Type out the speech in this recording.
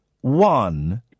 one